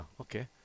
okay